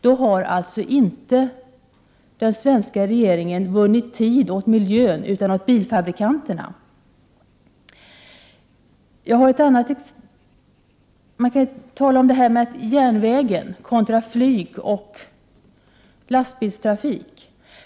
Då har den svenska regeringen inte vunnit tid åt miljön utan åt bilfabrikanterna. Jag vill också tala om järnvägen kontra flygoch lastbilstrafik.